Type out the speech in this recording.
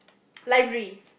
library